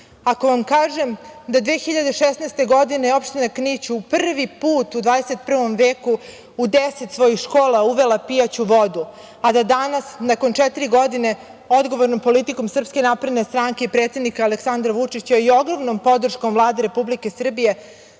vam kažem da 2016. godine je opština Knić prvi put u 21. veku u 10 svojih škola uvela pijaću vodu, a da danas, nakon četiri godine, odgovornom politikom SNS i predsednika Aleksandra Vučića i ogromnom podrškom Vlade Republike Srbije,